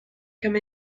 come